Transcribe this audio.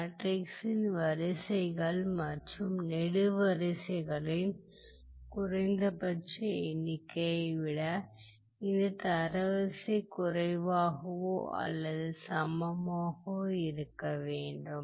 மேட்ரிக்ஸின் வரிசைகள் மற்றும் நெடுவரிசைகளின் குறைந்தபட்ச எண்ணிக்கையை விட இந்த தரவரிசை குறைவாகவோ அல்லது சமமாகவோ இருக்க வேண்டும்